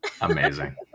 Amazing